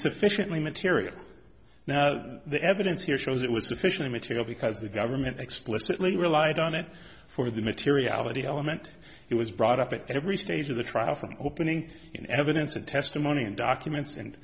sufficiently material now the evidence here shows it was sufficient material because the government explicitly relied on it for the materiality element it was brought up at every stage of the trial from opening in evidence of testimony and documents and